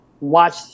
watch